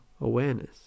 awareness